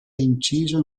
inciso